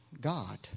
God